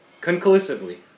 conclusively